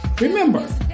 Remember